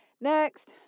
Next